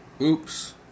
Oops